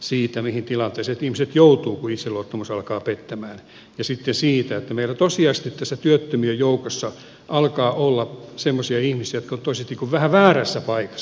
siitä mihin tilanteeseen ihmiset joutuvat kun itseluottamus alkaa pettämään ja sitten siitä että meillä tosiasiallisesti työttömien joukossa alkaa olla semmoisia ihmisiä jotka ovat tosiasiallisesti vähän väärässä paikassa